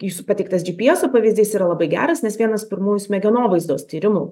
jūsų pateiktas džipieso pavyzdys yra labai geras nes vienas pirmųjų smegenovaizdos tyrimų